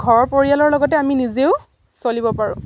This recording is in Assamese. ঘৰৰ পৰিয়ালৰ লগতে আমি নিজেও চলিব পাৰোঁ